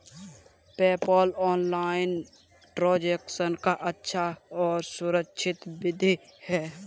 PayPal online transaction का अच्छा और सुरक्षित विधि है